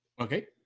Okay